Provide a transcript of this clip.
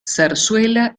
zarzuela